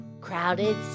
crowded